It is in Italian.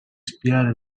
spiare